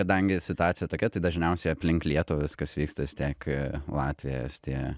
kadangi situacija tokia tai dažniausiai aplink lietuvą viskas vyksta vis tiek latvija estija